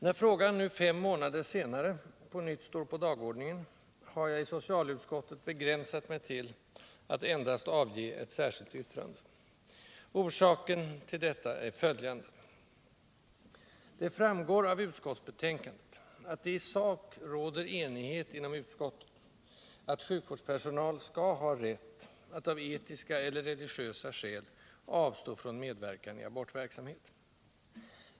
När frågan nu fem månader senare på nytt står på dagordningen har jag i socialutskottet begränsat mig till att endast avge ett särskilt yttrande. Orsaken till detta är följande. Det framgår av utskottsbetänkandet att det i sak råder enighet inom utskottet om att sjukvårdspersonal skall ha rätt att av etiska eller religiösa skäl avstå från medverkan i abortverksamhet.